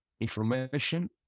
information